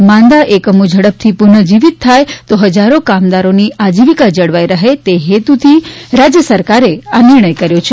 માંદા એકમો ઝડપથી પુનઃ જીવીત થાય તો હજારો કામદારોની આજીવિકા જળવાઇ રહે તે હેતુસર રાજ્ય સરકારે આ નિર્ણય કર્યો છે